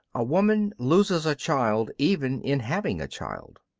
a woman loses a child even in having a child.